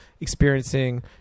experiencing